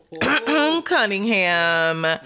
Cunningham